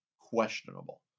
questionable